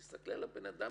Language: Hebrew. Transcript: תסתכלי על הבן אדם